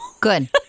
good